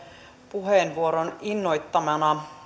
puheenvuoron innoittamana